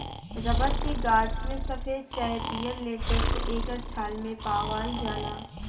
rubber के गाछ में सफ़ेद चाहे पियर लेटेक्स एकर छाल मे पावाल जाला